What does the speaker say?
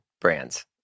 brands